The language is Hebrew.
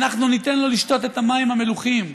אנחנו ניתן לו לשתות את המים המלוחים,